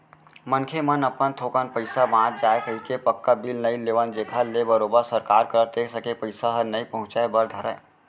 मनखे मन अपन थोकन पइसा बांच जाय कहिके पक्का बिल नइ लेवन जेखर ले बरोबर सरकार करा टेक्स के पइसा ह नइ पहुंचय बर धरय